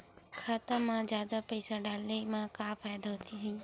खाता मा जादा पईसा डाले मा का फ़ायदा होही?